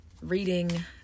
reading